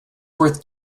worth